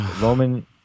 Roman